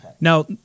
Now